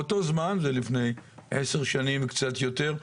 באותו זמן, זה לפני 10 שנים, קצת יותר,